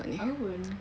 aku pun